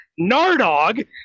nardog